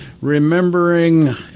Remembering